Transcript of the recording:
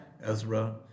Ezra